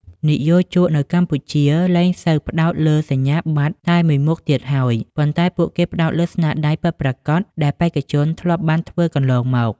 និយោជកនៅកម្ពុជាលែងសូវផ្ដោតលើសញ្ញាបត្រតែមួយមុខទៀតហើយ ប៉ុន្តែពួកគេផ្ដោតលើស្នាដៃពិតប្រាកដ ដែលបេក្ខជនធ្លាប់បានធ្វើកន្លងមក។